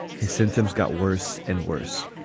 his symptoms got worse and worse.